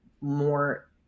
more